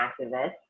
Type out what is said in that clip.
activist